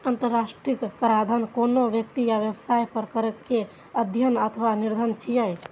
अंतरराष्ट्रीय कराधान कोनो व्यक्ति या व्यवसाय पर कर केर अध्ययन अथवा निर्धारण छियै